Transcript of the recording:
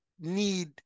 need